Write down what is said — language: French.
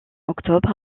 octobre